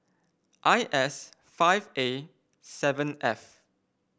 I S five A seven F